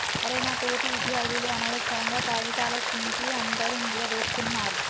అరె నా తోటి విద్యార్థులు అనవసరంగా కాగితాల సింపి అందరి మీదా వేస్తున్నారు